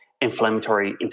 inflammatory